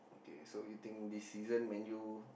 okay so you think this season Man-U